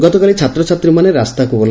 ଗତକାଲି ଛାତ୍ରଛାତ୍ରୀମାନେ ରାସ୍ତାକୁ ଓହୁ